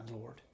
Lord